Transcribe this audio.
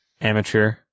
Amateur